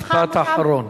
משפט אחרון.